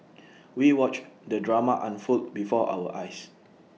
we watched the drama unfold before our eyes